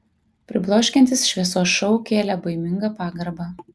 pribloškiantis šviesos šou kėlė baimingą pagarbą